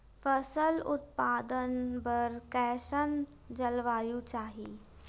फसल उत्पादन बर कैसन जलवायु चाही?